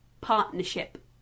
partnership